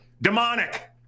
Demonic